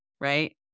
Right